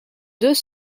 deux